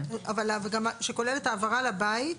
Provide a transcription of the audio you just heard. אבל שכוללת העברה לבית.